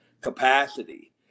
capacity